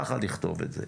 ככה נכתוב את זה.